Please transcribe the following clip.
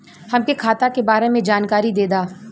हमके खाता के बारे में जानकारी देदा?